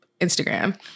instagram